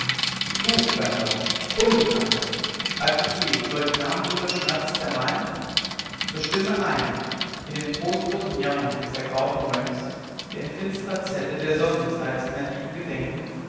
du fremder unbekannter hat dich je solch namenloser schmerz zermalmt so stimme ein m den trostlosen jammer des ergrauten mönchs der in finstrer zelle der sonnenzeit seiner liebe gedenkend